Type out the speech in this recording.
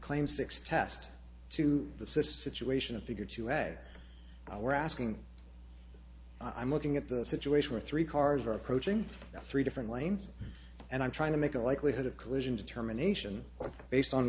claim six test to the sr to ation a figure to add we're asking i'm looking at the situation were three cars are approaching the three different lanes and i'm trying to make a likelihood of collision determination based on